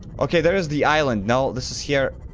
okay, there is the island no? this is here?